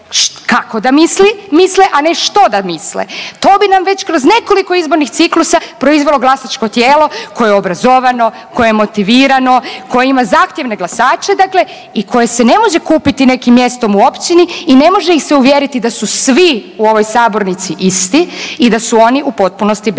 kako da misle, a ne da što da misle. To bi nam već kroz nekoliko izbornih ciklusa proizvelo glasačko tijelo koje je obrazovano, koje je motivirano, koje ima zahtjevne glasače i koje se ne može kupiti nekim mjestom u općini i ne može ih se uvjeriti da su svi u ovoj sabornici isti i da su oni u potpunosti bespomoćni.